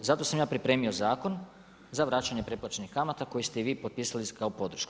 Zato sam ja pripremio zakon za vraćanje preplaćenih kamata koji ste i vi potpisali kao podršku.